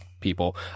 people